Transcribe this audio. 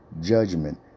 judgment